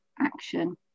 action